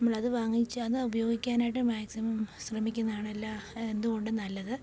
നമ്മളത് വാങ്ങിച്ച് അത് ഉപയോഗിക്കാനായിട്ട് മാക്സിമം ശ്രമിക്കുന്നാണ് എല്ലാ എന്തുകൊണ്ടും നല്ലത്